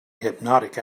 hypnotic